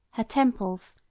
her temples,